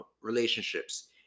relationships